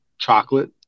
Chocolate